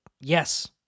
yes